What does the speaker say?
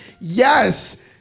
yes